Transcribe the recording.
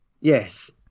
yes